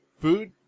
food